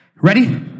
Ready